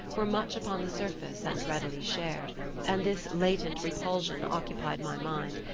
were much upon the surface and readily shared and this latent repulsion occupied my mind,